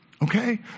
Okay